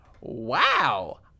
wow